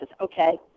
Okay